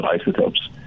isotopes